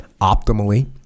optimally